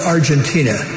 Argentina